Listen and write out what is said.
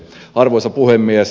arvoisa puhemies